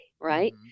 Right